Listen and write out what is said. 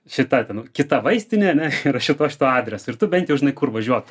šita ten kita vaistinė ne yra šituo šituo adresu ir tu bent žinai kur važiuot